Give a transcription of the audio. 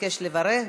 מבקש לברך,